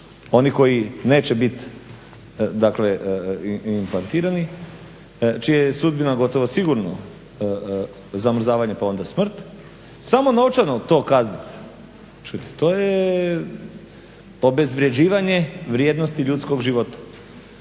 oni koji neće biti dakle … čija je sudbina gotovo sigurno zamrzavanje pa onda smrt samo novčano to kazniti čujte to je obezvrjeđivanje vrijednosti ljudskog života.